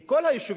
כי כל היישובים,